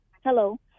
Hello